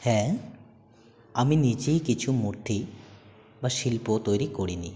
হ্যাঁ আমি নিজে কিছু মূর্তি বা শিল্প তৈরি করি নি